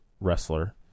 wrestler